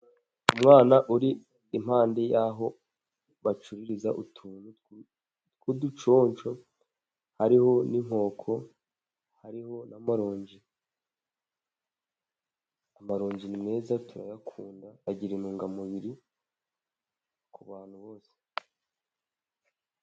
Umwana uri impande yaho bacururiza utuntu tw'uduconsho, hariho n'inkoko hariho n'amaronji. Amaronji ni meza turayakunda agira intungamubiri kubantu bose.